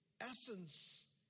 essence